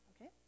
okay